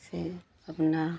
से अपना